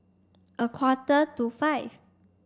a quarter to five